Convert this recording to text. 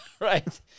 Right